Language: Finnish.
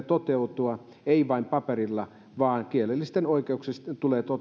toteutua vain paperilla vaan kielellisten oikeuksien tulee